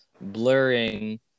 blurring